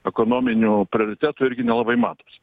ekonominių prioritetų irgi nelabai matosi